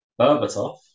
Berbatov